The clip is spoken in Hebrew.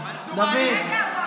בעזרת השם,